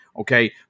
Okay